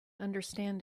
understand